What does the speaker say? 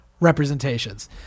representations